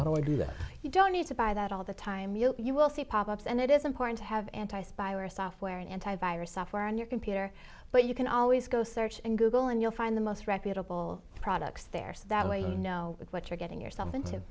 that you don't need to buy that all the time you you will see pop ups and it is important to have anti spyware software and anti virus software on your computer but you can always go search and google and you'll find the most reputable products there so that way you know what you're getting yourself into